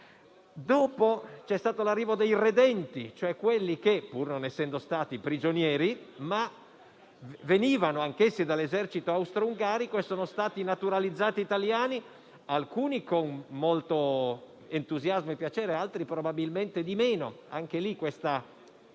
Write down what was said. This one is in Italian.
Dopo c'è stato l'arrivo dei redenti, cioè di coloro che, pur non essendo stati prigionieri, provenivano dall'esercito austroungarico e sono stati naturalizzati italiani, alcuni con molto entusiasmo e piacere, altri probabilmente con meno entusiasmo;